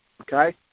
okay